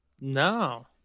No